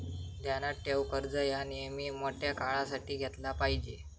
ध्यानात ठेव, कर्ज ह्या नेयमी मोठ्या काळासाठी घेतला पायजे